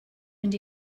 mynd